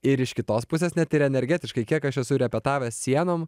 ir iš kitos pusės net ir energetiškai kiek aš esu repetavęs sienom